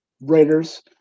Raiders